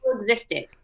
existed